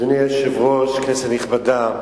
אדוני היושב-ראש, כנסת נכבדה,